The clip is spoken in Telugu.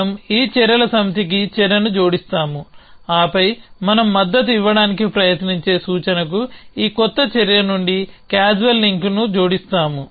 మనం ఈ చర్యల సమితికి చర్యను జోడిస్తాము ఆపై మనం మద్దతు ఇవ్వడానికి ప్రయత్నించే సూచనకు ఈ కొత్త చర్య నుండి క్యాజువల్ లింక్ను జోడిస్తాము